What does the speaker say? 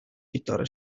gitarre